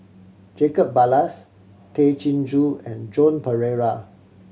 Jacob Ballas Tay Chin Joo and Joan Pereira